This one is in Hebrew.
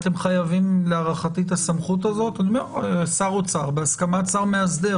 אתם חייבים להערכתי את הסמכות הזאת - שר אוצר בהסכמת שר מאסדר